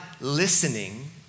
listening